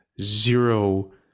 zero